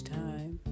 time